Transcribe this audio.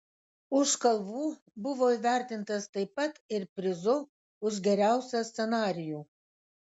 už kalvų buvo įvertintas taip pat ir prizu už geriausią scenarijų